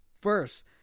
First